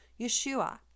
Yeshua